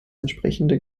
entsprechende